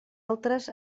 altres